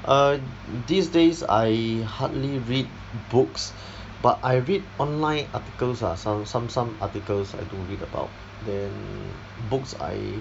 um these days I hardly read books but I read online articles ah some some some articles I do read about then mm books I